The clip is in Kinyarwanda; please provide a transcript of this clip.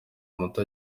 muti